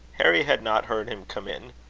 harry had not heard him come in.